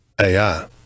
ai